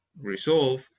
resolve